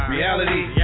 Reality